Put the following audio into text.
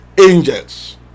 angels